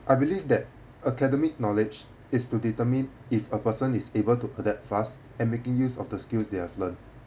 I believe that academic knowledge is to determine if a person is able to adapt fast and making use of the skills they have learnt